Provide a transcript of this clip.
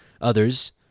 others